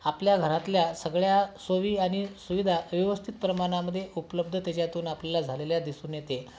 आपल्या घरातल्या सगळ्या सोई आणि सुविधा व्यवस्थित प्रमाणांमध्ये उपलब्ध त्याच्यातून आपल्याला झालेल्या दिसून येते